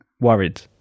worried